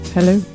Hello